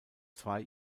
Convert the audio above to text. zwei